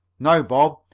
now, bob,